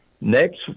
Next